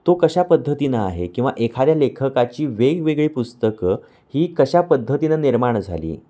तो कशा पद्धतीन आहे किंवा एखाद्या लेखकाची वेगवेगळी पुस्तकं ही कशा पद्धतीनं निर्माण झाली